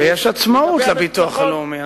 יש עצמאות לביטוח הלאומי,